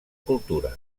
cultura